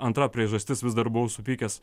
antra priežastis vis dar buvau supykęs